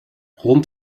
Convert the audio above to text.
rond